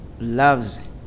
loves